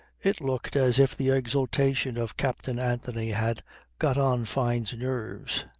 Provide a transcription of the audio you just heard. it looked as if the exultation of captain anthony had got on fyne's nerves.